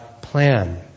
plan